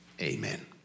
amen